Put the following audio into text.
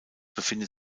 befindet